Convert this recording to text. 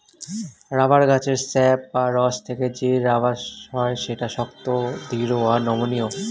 rubber গাছের sap বা রস থেকে যে রাবার হয় সেটা শক্ত, দৃঢ় আর নমনীয়